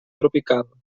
tropical